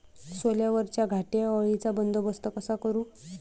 सोल्यावरच्या घाटे अळीचा बंदोबस्त कसा करू?